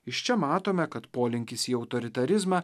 iš čia matome kad polinkis į autoritarizmą